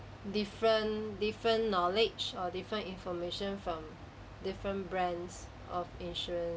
different different knowledge or different information from different brands of insurance